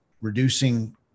reducing